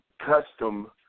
custom